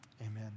amen